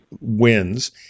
wins